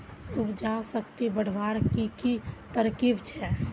उपजाऊ शक्ति बढ़वार की की तरकीब छे?